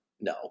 No